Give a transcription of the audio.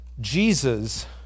Jesus